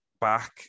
back